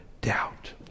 doubt